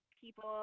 people